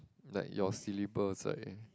like your syllabus like